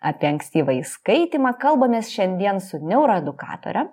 apie ankstyvąjį skaitymą kalbamės šiandien su neuroedukatore